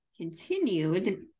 continued